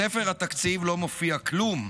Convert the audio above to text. בספר התקציב לא מופיע כלום,